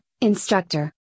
instructor